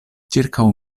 ĉirkaŭ